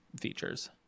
features